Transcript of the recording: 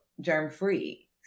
germ-free